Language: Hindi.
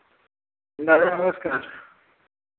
दादा नमस्कार